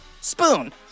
Spoon